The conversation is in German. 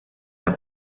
der